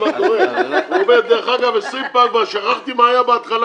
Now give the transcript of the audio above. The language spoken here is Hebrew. על סדר-היום בקשת יושב-ראש ועדת החוקה,